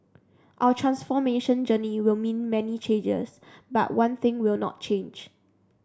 our transformation journey will mean many changes but one thing will not change